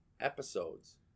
episodes